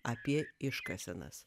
apie iškasenas